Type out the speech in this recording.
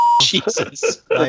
Jesus